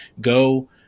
go